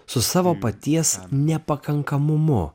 su savo paties nepakankamumu